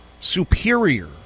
superior